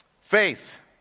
Faith